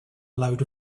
load